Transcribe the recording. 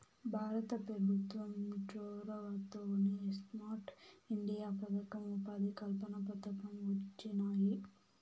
భారత పెభుత్వం చొరవతోనే స్మార్ట్ ఇండియా పదకం, ఉపాధి కల్పన పథకం వొచ్చినాయి